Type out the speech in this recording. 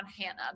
Hannah